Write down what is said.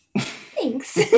thanks